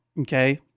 Okay